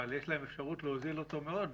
אבל יש להם אפשרות להוזיל אותו מאוד,